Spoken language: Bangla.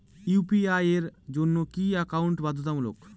ইউ.পি.আই এর জন্য কি একাউন্ট বাধ্যতামূলক?